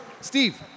Steve